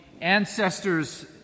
ancestors